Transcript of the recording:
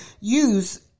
use